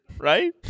Right